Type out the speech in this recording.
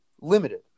limited